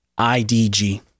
IDG